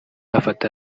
yafata